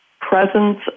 presence